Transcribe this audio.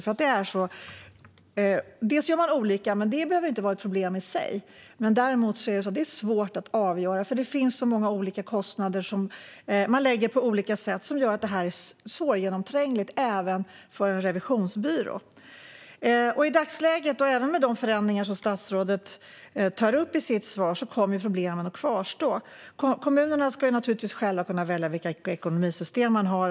Dels gör kommunerna på olika sätt, men det behöver inte vara ett problem i sig, dels är det svårt att avgöra detta eftersom det finns så många olika kostnader som man fördelar på olika sätt. Det gör att det här är svårgenomträngligt även för en revisionsbyrå. I dagsläget kommer problemen att kvarstå, även med de förändringar som statsrådet tar upp i sitt svar. Kommunerna ska naturligtvis själva kunna välja vilka ekonomisystem de har.